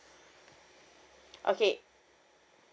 okay